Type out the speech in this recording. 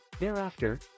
Thereafter